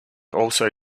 also